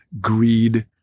greed